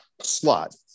slot